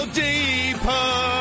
deeper